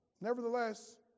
nevertheless